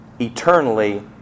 eternally